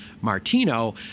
Martino